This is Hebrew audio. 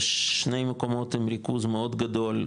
יש שני מקומות עם ריכוז מאוד גדול,